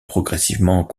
progressivement